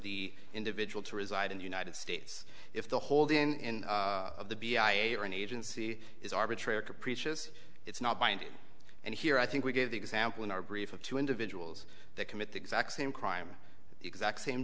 the individual to reside in the united states if the hold in the b i a or an agency is arbitrary capricious it's not binding and here i think we gave the example in our brief of two individuals that commit the exact same crime the exact same